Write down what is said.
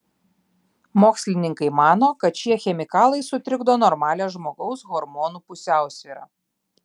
mokslininkai mano kad šie chemikalai sutrikdo normalią žmogaus hormonų pusiausvyrą